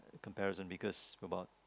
comparison because for about